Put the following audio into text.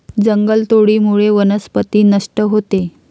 जंगलतोडीमुळे वनस्पती नष्ट होते